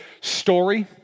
story